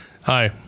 Hi